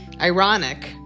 ironic